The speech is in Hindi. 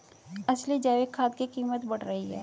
असली जैविक खाद की कीमत बढ़ रही है